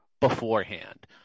beforehand